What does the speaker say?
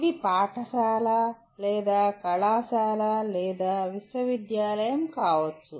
ఇది పాఠశాల లేదా కళాశాల లేదా విశ్వవిద్యాలయం కావచ్చు